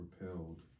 repelled